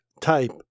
type